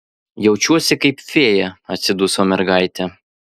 jaučiuosi kaip fėja atsiduso mergaitė